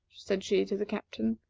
said she to the captain.